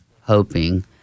hoping